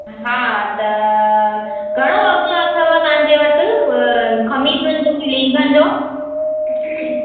हा त घणो अघि अथव तव्हांजे वटि खमीसुनि जो ब लींगननि जो